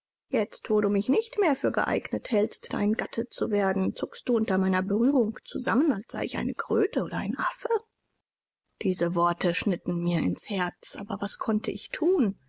jetzt wo du mich nicht mehr für geeignet hältst dein gatte zu werden zuckst du unter meiner berührung zusammen als sei ich eine kröte oder ein affe diese worte schnitten mir ins herz aber was konnte ich thun